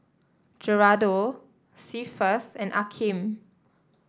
Geraldo Cephus and Akeem